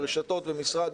רשתות והמשרד,